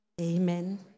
Amen